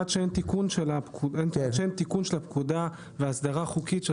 עד שאין תיקון של הפקודה והסדרה חוקית של